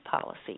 policy